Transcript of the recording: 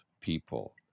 people